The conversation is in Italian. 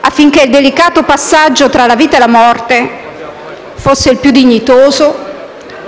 affinché il delicato passaggio tra la vita e la morte fosse il più dignitoso,